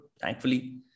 thankfully